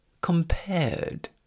compared